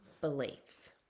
beliefs